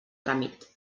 tràmit